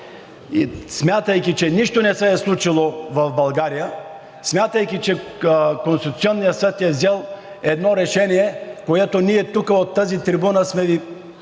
смятайки, че нищо не се е случило в България, смятайки, че Конституционният съд е взел едно решение, което ние тук от тази трибуна сме Ви